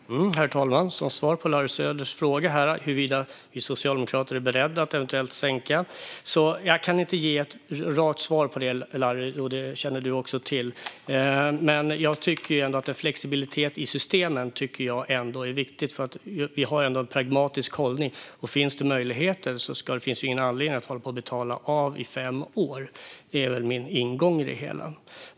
Herr talman! Jag kan tyvärr inte ge ett direkt svar på Larry Söders fråga huruvida vi socialdemokrater är beredda att korta ned perioden, vilket han känner till. Jag tycker dock att det är viktigt med en flexibilitet i systemen. Vi har ju ändå en pragmatisk hållning, och om det finns någon möjlighet finns det ingen anledning att hålla på och betala av i fem år. Det är min ingång i det hela.